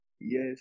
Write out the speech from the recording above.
yes